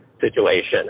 situation